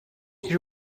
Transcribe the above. est